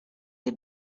les